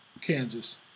Kansas